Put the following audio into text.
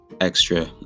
extra